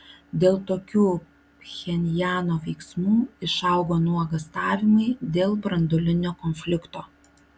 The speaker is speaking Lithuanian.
dėl tokių pchenjano veiksmų išaugo nuogąstavimai dėl branduolinio konflikto